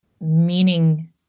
meaning